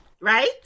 right